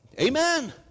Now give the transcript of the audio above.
Amen